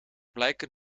blijken